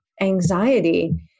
anxiety